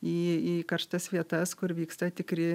į į karštas vietas kur vyksta tikri